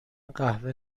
قهوه